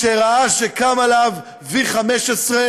כשראה שקם עליו V15,